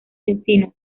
encino